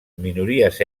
minories